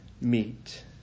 meet